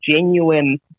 genuine